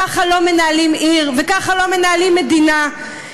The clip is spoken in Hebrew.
ככה לא מנהלים עיר, וככה לא מנהלים מדינה.